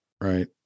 right